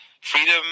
freedom